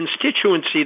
constituency